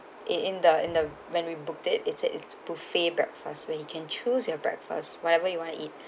in in the in the when we booked it is it is buffet breakfast where you can choose your breakfast whatever you want to eat